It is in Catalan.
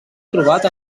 trobat